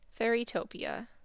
Fairytopia